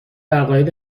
عقاید